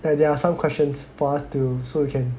like there are some questions for us to so you can